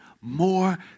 more